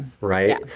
right